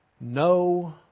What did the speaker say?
no